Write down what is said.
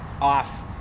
off